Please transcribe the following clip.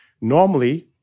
normally